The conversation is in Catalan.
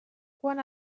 quan